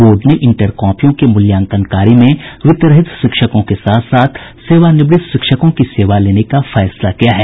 board ने inter कॉपियों के मूल्यांकन कार्य में वित्तरहित शिक्षकों के साथ साथ सेवानिवृत्त शिक्षकों की सेवा लेने का फैसला किया है